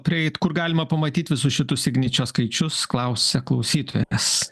prieit kur galima pamatyt visus šitus igničio skaičius klausia klausytojas